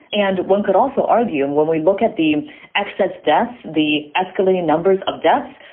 and one could also argue, and when we look at the excess deaths, the escalating numbers of deaths,